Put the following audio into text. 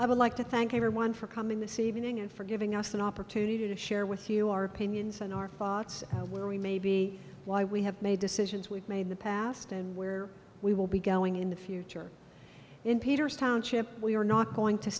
i would like to thank everyone for coming this evening and for giving us an opportunity to share with you our pinions and our thoughts of where we may be why we have made decisions we've made the past and where we will be going in the future in peters township we are not going to